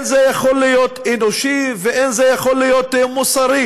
זה לא יכול להיות אנושי ולא יכול להיות מוסרי